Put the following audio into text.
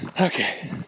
Okay